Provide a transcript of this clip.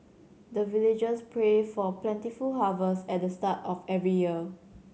the villagers pray for plentiful harvest at the start of every year